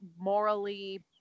morally